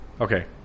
Okay